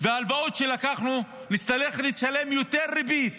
וההלוואות שלקחנו נצטרך לשלם יותר ריבית,